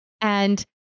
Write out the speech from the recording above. and-